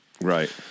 Right